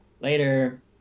Later